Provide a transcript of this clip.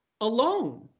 alone